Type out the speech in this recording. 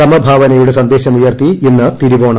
സമഭാവനയുടെ സന്ദേശമുയർത്തി ഇന്ന് തിരുവോണം